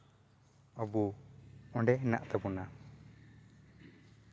ᱟᱵᱚ ᱚᱸᱰᱮ ᱦᱮᱱᱟᱜ ᱛᱟᱵᱚᱱᱟ